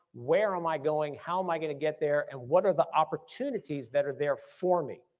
where am i going, how am i gonna get there, and what are the opportunities that are there for me.